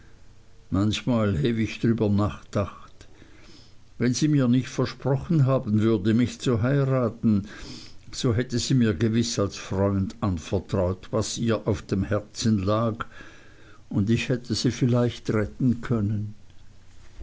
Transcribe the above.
manchmal heww ick drüwer nachdacht wenn sie mir nicht versprochen haben würde mich zu heiraten so hätte sie mir gewiß als freund anvertraut was ihr auf dem herzen lag und ich hätte sie vielleicht retten können